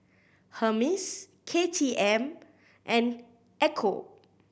Hermes K T M and Ecco